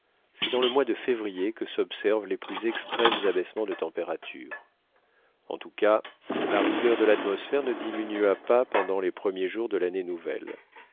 c'est dans le mois de février que s'observent les plus extrêmes abaissements de température en tout cas la rigueur de l'atmosphère ne diminua pas pendant les premiers jours de l'année nouvelle